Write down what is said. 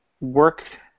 work